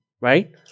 right